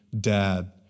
dad